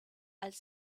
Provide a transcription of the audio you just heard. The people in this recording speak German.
als